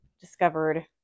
discovered